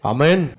Amen